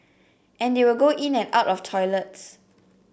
and they will go in and out of toilets